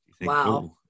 Wow